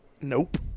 Nope